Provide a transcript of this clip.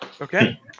Okay